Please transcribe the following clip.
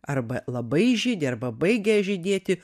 arba labai žydi arba baigia žydėti